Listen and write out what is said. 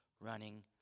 running